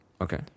okay